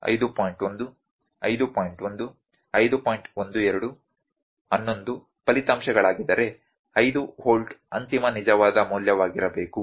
12 11 ಫಲಿತಾಂಶಗಳಿದ್ದರೆ 5 ವೋಲ್ಟ್ ಅಂತಿಮ ನಿಜವಾದ ಮೌಲ್ಯವಾಗಿರಬೇಕು